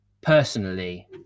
personally